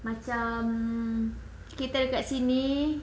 macam kita dekat sini